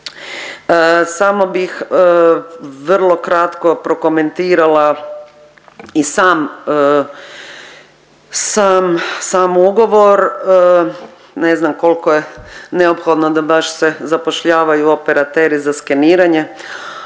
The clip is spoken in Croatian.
Samo bih vrlo kratko prokomentirala i sam, sam, sam ugovor. Ne znam koliko je neophodno da baš se zapošljavaju operateri za skeniranje